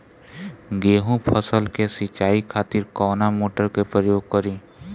गेहूं फसल के सिंचाई खातिर कवना मोटर के प्रयोग करी?